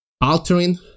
altering